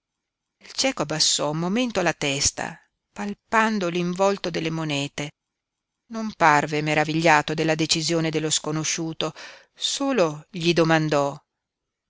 il cieco abbassò un momento la testa palpando l'involto delle monete non parve meravigliato della decisione dello sconosciuto solo gli domandò